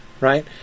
Right